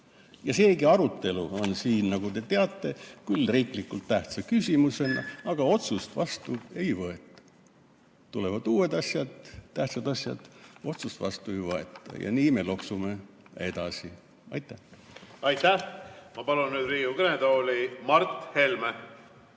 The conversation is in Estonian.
Seegi arutelu siin, nagu te teate, toimub küll riiklikult tähtsa küsimuse aruteluna, aga otsust vastu ei võeta. Tulevad uued asjad, tähtsad asjad – otsust vastu ei võeta. Ja nii me loksume edasi. Aitäh! Ma palun nüüd Riigikogu kõnetooli Mart Helme.